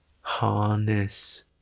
harness